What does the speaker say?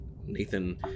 Nathan